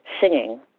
singing